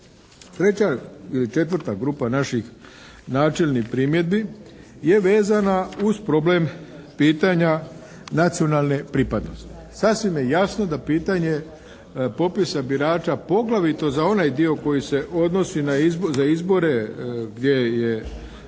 Treća ili četvrta grupa naših načelnih primjedbi je vezana uz problem pitanja nacionalne pripadnosti. Sasvim je jasno da pitanje popisa birača poglavito za onaj dio koji se odnosi za izbore gdje je